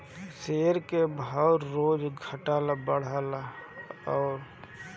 share के भाव रोज घटत बढ़त हअ